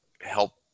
help